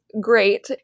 great